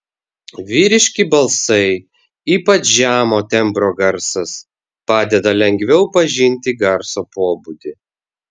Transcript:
vyriški balsai ypač žemo tembro garsas padeda lengviau pažinti garso pobūdį